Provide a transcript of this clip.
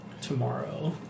tomorrow